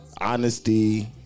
Honesty